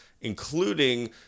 including